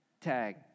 tag